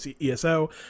ESO